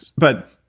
but,